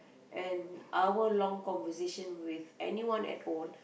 an hour long conversation with anyone at all